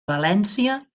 valència